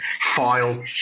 file